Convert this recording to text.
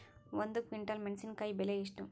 ಒಂದು ಕ್ವಿಂಟಾಲ್ ಮೆಣಸಿನಕಾಯಿ ಬೆಲೆ ಎಷ್ಟು?